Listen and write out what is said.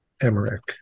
Emmerich